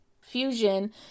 Fusion